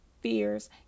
fears